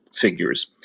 figures